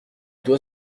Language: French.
doit